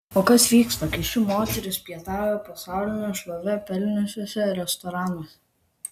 o kas vyksta kai ši moteris pietauja pasaulinę šlovę pelniusiuose restoranuose